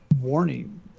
warning